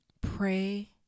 pray